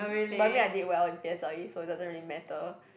but I mean I did well in p_s_l_e so it doesn't really matter